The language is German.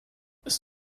ist